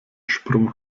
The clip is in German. sprung